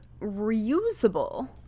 reusable